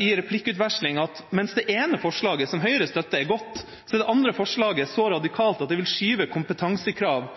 i en replikkutveksling, at mens det ene forslaget, som Høyre støtter, er godt, er det andre forslaget så radikalt at det vil skyve kompetansekrav